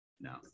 No